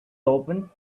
open